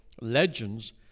legends